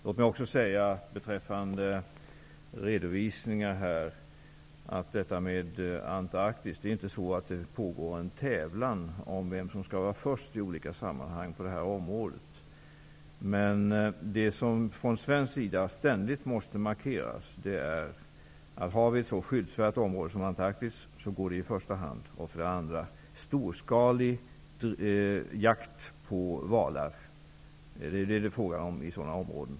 Låt mig också beträffande detta med Antarktis säga att det inte pågår en tävlan om vem som skall vara först i olika sammanhang på det här området. Men om det finns ett så skyddsfärgat område som Antarktis måste det från svensk sida ständigt markeras att det kommer i första hand. Vi måste gå emot storskalig jakt på valar, vilket det är fråga om i sådana områden.